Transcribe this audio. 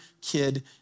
kid